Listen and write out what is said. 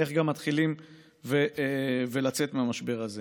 איך מתחילים לצאת מהמשבר הזה.